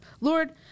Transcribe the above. Lord